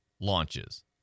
launches